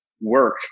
work